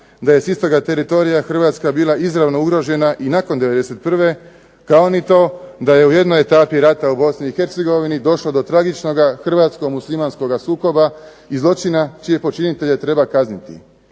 da je s istoga teritorija Hrvatska bila izravno ugrožena i nakon 91., kao ni to da je u jednoj etapi rata u Bosni i Hercegovini došlo do tragično Hrvatsko-muslimanskog sukoba i zločina čije počinitelje treba kazniti.